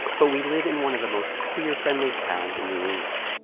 but we live in one of the most queer friendly towns in new england.